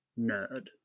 nerd